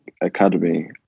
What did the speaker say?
academy